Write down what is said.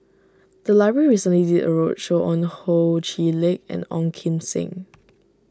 the library recently did a roadshow on Ho Chee Lick and Ong Kim Seng